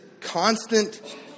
constant